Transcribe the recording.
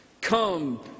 come